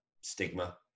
stigma